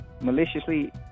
maliciously